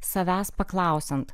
savęs paklausiant